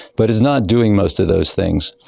but it's not doing most of those things.